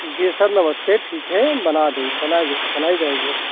जी sir नमस्ते ठीक है हम बना देंगे बना दे बनाई जाएगी अच्छी